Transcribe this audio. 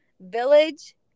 village